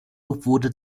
wurde